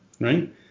right